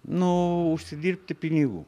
nu užsidirbti pinigų